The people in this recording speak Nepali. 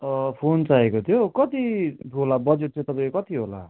फोन चाहिएको थियो कति होला बजट चाहिँ तपाईँको कति होला